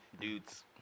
dudes